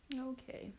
Okay